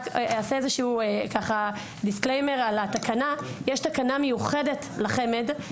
ישנה תקנה מיוחדת לחמ"ד.